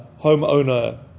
homeowner